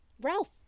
Ralph